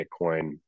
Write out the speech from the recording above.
Bitcoin